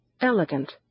elegant